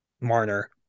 Marner